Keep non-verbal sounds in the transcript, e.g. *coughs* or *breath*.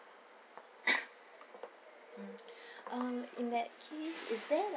*coughs* *breath* um in that case is there